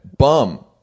Bum